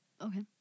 Okay